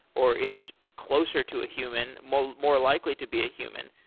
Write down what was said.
or is closer to a human, more more likely to be a human,